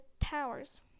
towers